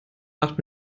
nacht